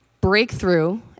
breakthrough